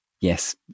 yes